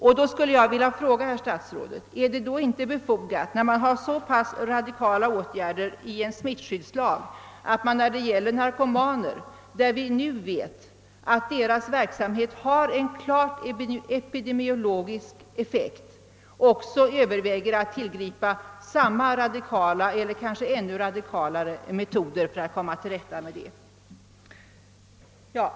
Jag skulle vilja fråga herr statsrådet: När vi har så pass radikala åtgärder i en smittskyddslag, är det då inte befogat att också beträffande narkomaner — där vi nu vet att deras beteende har en klart epidemiologisk effekt — överväga att tillgripa samma eller kanske ännu mer radikala metoder för att komma till rätta med problemen?